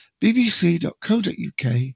bbc.co.uk